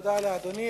תודה לאדוני.